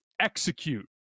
execute